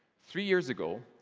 three years ago,